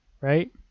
right